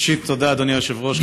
ראשית, תודה, אדוני היושב-ראש.